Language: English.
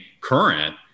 current